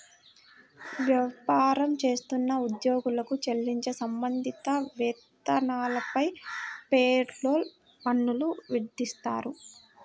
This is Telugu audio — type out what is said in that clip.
వ్యాపారం చేస్తున్న ఉద్యోగులకు చెల్లించే సంబంధిత వేతనాలపై పేరోల్ పన్నులు విధిస్తారు